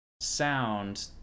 sound